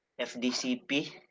FDCP